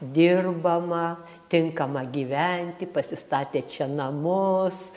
dirbamą tinkamą gyventi pasistatė čia namus